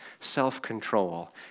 self-control